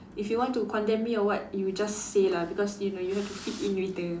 if you want to condemn me or what you just say lah because you know you have to fit in with the